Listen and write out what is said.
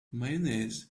mayonnaise